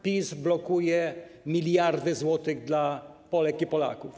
PiS blokuje miliardy złotych dla Polek i Polaków.